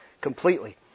completely